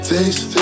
Taste